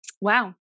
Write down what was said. wow